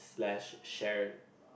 slash shared